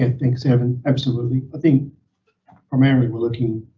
and thanks evan, absolutely. i think primarily we're looking